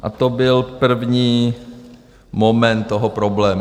A to byl první moment toho problému.